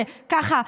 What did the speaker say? ככה,